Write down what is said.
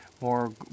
more